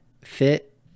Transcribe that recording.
fit